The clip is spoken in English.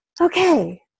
okay